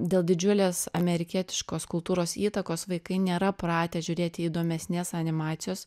dėl didžiulės amerikietiškos kultūros įtakos vaikai nėra pratę žiūrėti įdomesnės animacijos